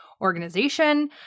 organization